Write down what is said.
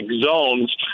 zones